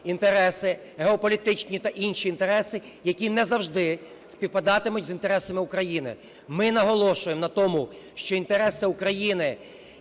інтереси, геополітичні та інші інтереси, які не завжди співпадатимуть з інтересами України. Ми наголошуємо на тому, що інтереси України,